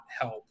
help